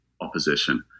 opposition